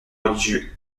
religieux